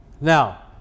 Now